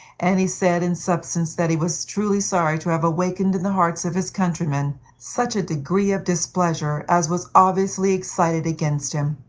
and he said in substance that he was truly sorry to have awakened in the hearts of his countrymen such a degree of displeasure as was obviously excited against him.